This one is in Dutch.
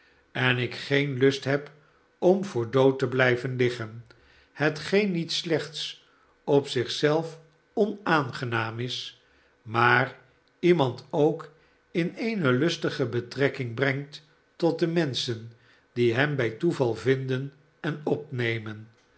en ik geen lust heb om voor dood te blijven liggen hetgeen met slechts op zich zelf onaangenaam is maar iemand ook in eene lustige betrekking brengt tot de menschen die hem bij toeval vinden en opneroen